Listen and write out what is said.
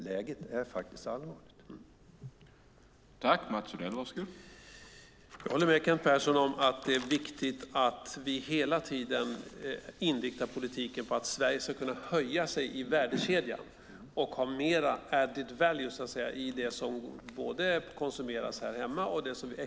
Läget är faktiskt allvarligt.